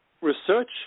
research